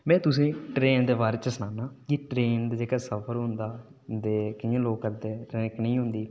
में तुसें गी ट्रेन दे बारे च सनान्नां ट्रेन दा जेह्का सफर होंदा कि'यां दे लोक करदे ट्र्रेन कनेही होंदी ऐ